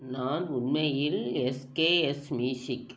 நான் உண்மையில் SKS music